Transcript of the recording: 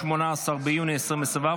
18 ביוני 2024,